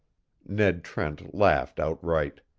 ned trent laughed outright.